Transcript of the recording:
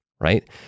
right